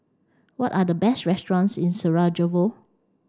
what are the best restaurants in Sarajevo